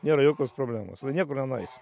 nėra jokios problemos jau niekur nenueis